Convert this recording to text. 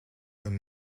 een